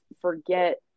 forget